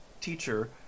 teacher